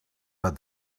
but